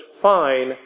fine